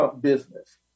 business